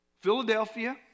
Philadelphia